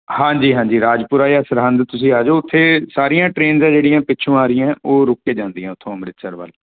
ਹਾਂਜੀ ਹਾਂਜੀ ਰਾਜਪੁਰਾ ਜਾਂ ਸਰਹੰਦ ਤੁਸੀਂ ਆ ਜੋ ਉੱਥੇ ਸਾਰੀਆਂ ਟ੍ਰੇਨਜ਼ ਆ ਜਿਹੜੀਆਂ ਪਿੱਛੋਂ ਆ ਰਹੀਆਂ ਉਹ ਰੁਕ ਕੇ ਜਾਂਦੀਆਂ ਉੱਥੋਂ ਅੰਮ੍ਰਿਤਸਰ ਵੱਲ